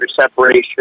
separation